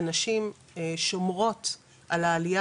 הנשים שומרות על העלייה